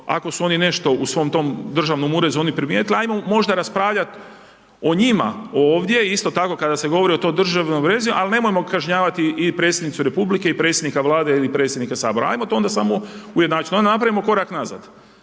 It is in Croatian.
ako su oni nešto u svom tom Državnom uredu .../nerazumljivo/... primijetili, ajmo možda raspravljati o njima, ovdje, isto tako, kada se govori o to državnom revizijom, ali nemojmo kažnjavati i predsjednicu republike i predsjednika Vlade i predsjednika Sabora, ajmo to onda samo ujednačiti, onda napravimo korak nazad.